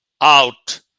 out